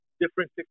different